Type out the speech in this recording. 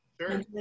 Sure